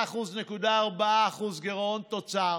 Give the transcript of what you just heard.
73.4% גירעון תוצר,